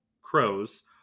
Crows